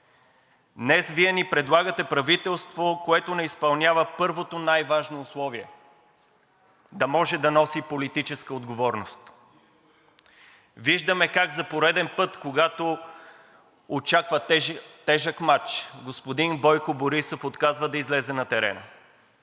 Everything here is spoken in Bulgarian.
Днес Вие ни предлагате правителство, което не изпълнява първото най-важно условие – да може да носи политическа отговорност. Виждаме как за пореден път, когато очаква тежък мач, господин Бойко Борисов отказва да излезе на терена.